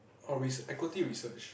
or resear~ equity research